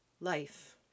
life